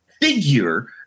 figure